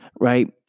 right